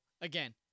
again